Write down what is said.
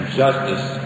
justice